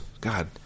God